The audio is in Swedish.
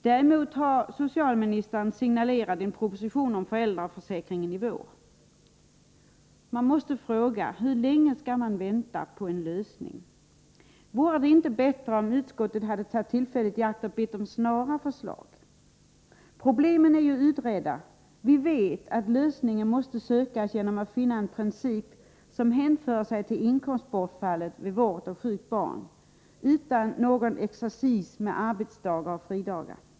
Däremot har socialministern signalerat en proposition om föräldraförsäkringen i vår. Man måste fråga: Hur länge skall vi vänta på en lösning? Hade det inte varit bättre om utskottet tagit tillfället i akt och bett om ett förslag snarast? Problemen är ju utredda. Vi vet att lösningen måste sökas i en princip som hänför sig till inkomstbortfallet vid vård av sjukt barn, utan någon exercis med arbetsdagar och fridagar.